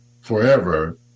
forever